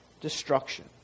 destruction